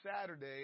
Saturday